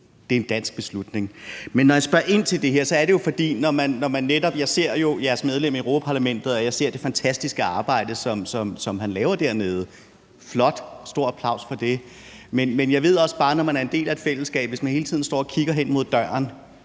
Det er en dansk beslutning. Men når jeg spørger ind til det her, er det, fordi jeg ser jeres medlem af Europa-Parlamentet og det fantastiske arbejde, han laver dernede – flot, stor applaus til det – men jeg ved også bare, at hvis man hele tiden står og kigger hen mod døren,